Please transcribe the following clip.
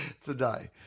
Today